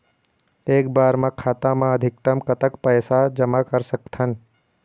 एक बार मा खाता मा अधिकतम कतक पैसा जमा कर सकथन?